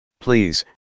Please